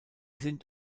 sind